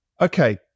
Okay